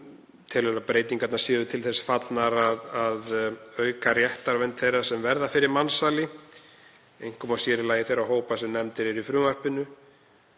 telur að breytingarnar séu til þess fallnar að auka réttarvernd þeirra sem verða fyrir mansali, einkum og sér í lagi þeirra hópa sem nefndir eru í frumvarpinu,